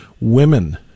women